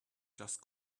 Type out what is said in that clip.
just